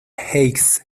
heights